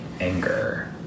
anger